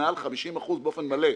מעל 50% באופן מלא.